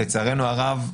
לצערנו הרב,